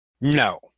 No